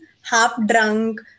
half-drunk